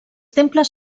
temples